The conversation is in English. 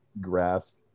grasp